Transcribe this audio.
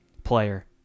player